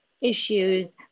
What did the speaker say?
issues